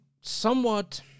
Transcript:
somewhat